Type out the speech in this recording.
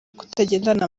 kutagendana